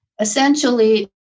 essentially